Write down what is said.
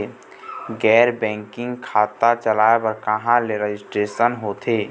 गैर बैंकिंग शाखा चलाए बर कहां ले रजिस्ट्रेशन होथे?